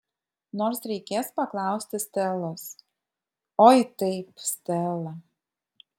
nors reikės paklausti stelos oi taip stela